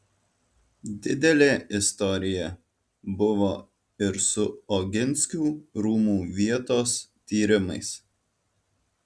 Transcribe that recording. didelė istorija buvo ir su oginskių rūmų vietos tyrimais